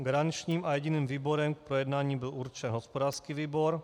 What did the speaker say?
Garančním a jediným výborem k projednání byl určen hospodářský výbor.